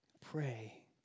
pray